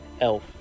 elf